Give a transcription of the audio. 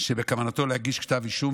שבכוונתו להגיש כתב אישום,